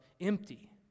empty